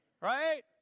Right